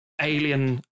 alien